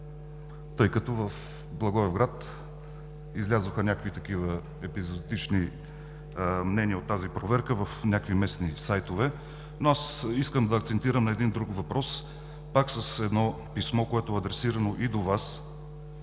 тъй като в Благоевград излязоха някакви епизодични мнения от тази проверка в някакви местни сайтове. Но аз искам да акцентирам на един друг въпрос. Пак с едно писмо, което е адресирано и до Вас,